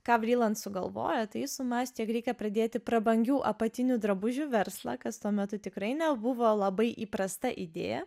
ką vriland sugalvojo tai sumąstė jog reikia pridėti prabangių apatinių drabužių verslą kas tuo metu tikrai nebuvo labai įprasta idėja